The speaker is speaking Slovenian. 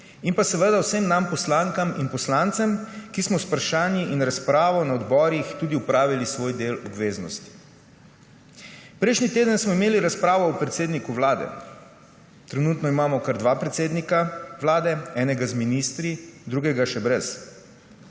in seveda vsem nam poslankam in poslancem, ki smo z vprašanji in razpravo na odborih tudi opravili svoj del obveznosti. Prejšnji teden smo imeli razpravo o predsedniku Vlade. Trenutno imamo kar dva predsednika Vlade, enega z ministri, drugega še brez.